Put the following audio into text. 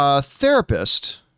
therapist